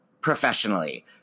professionally